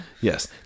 Yes